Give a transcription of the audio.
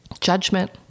judgment